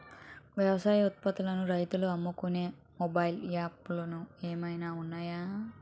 వ్యవసాయ ఉత్పత్తులను రైతులు అమ్ముకునే మొబైల్ యాప్ లు ఏమైనా ఉన్నాయా?